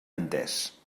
entès